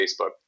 Facebook